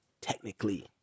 technically